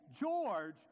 George